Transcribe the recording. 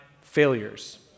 failures